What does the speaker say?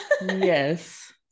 Yes